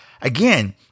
again